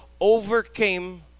overcame